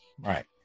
Right